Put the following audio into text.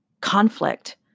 conflict